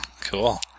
Cool